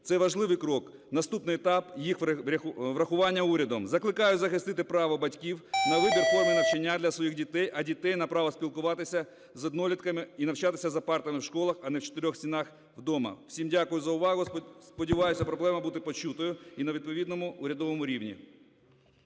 Це важливий крок. Наступний етап їх врахування урядом. Закликаю захистити право батьків на вибір форми навчання для своїх дітей, а дітей на право спілкуватися з однолітками і навчатися за партами в школах, а не в чотирьох стінах вдома. Всім дякую за увагу. Сподіваюсь, проблема буде почутою і на відповідному урядовому рівні.